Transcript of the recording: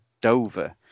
Dover